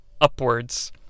upwards